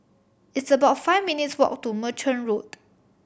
it's about five minutes' walk to Merchant Road